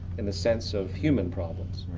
in the sense of human problems.